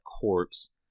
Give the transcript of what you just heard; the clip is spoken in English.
corpse